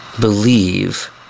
believe